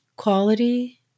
Quality